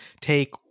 take